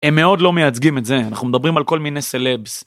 הם מאוד לא מייצגים את זה אנחנו מדברים על כל מיני סלבס.